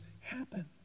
happen